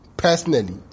Personally